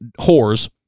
whores